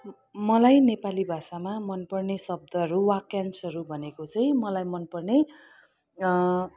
मलाई नेपाली भाषामा मनपर्ने शब्दहरू वाक्यांशहरू भनेको चाहिँ मलाई मनपर्ने